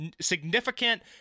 significant